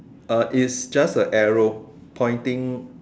uh is just a arrow pointing